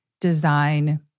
design